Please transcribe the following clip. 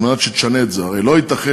על מנת שתשנה את זה: הרי לא ייתכן,